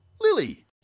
Lily